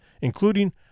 including